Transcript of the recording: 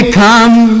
come